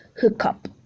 hookup